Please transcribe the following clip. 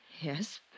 Yes